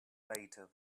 later